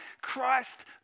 Christ